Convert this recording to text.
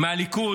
מהליכוד,